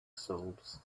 souls